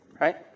Right